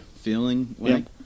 feeling